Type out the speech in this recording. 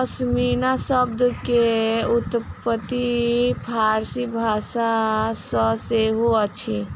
पश्मीना शब्द के उत्पत्ति फ़ारसी भाषा सॅ सेहो अछि